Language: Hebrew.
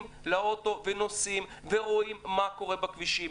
לאוטו ונוסעים ורואים מה קורה בכבישים.